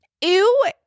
ew